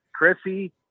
Chrissy